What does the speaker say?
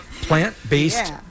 plant-based